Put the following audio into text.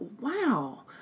wow